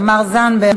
חברת הכנסת תמר זנדברג,